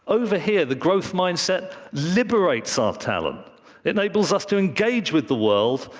over here, the growth mindset liberates our talent, it enables us to engage with the world,